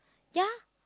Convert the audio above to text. ya